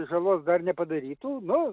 žalos dar nepadarytų nu